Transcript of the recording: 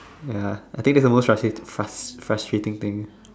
ya I think that's the most frustrating for us frustrating thing